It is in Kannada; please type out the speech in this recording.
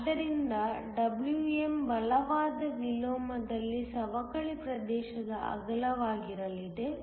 ಆದ್ದರಿಂದ Wm ಬಲವಾದ ವಿಲೋಮದಲ್ಲಿ ಸವಕಳಿ ಪ್ರದೇಶದ ಅಗಲವಾಗಿರಲಿ